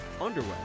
underway